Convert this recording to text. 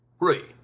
Three